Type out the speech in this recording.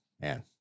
man